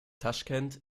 taschkent